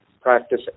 practice